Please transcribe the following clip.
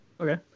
Okay